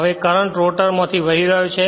હવે current rotor માથી વહી રહ્યો છે